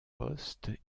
poste